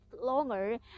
longer